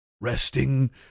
Resting